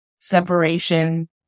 separation